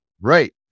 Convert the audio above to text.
right